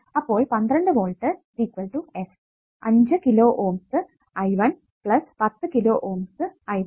അപ്പോൾ 12 volt s 5 kilo Ωs I110 kilo Ωs I1